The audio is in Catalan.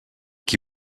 qui